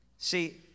See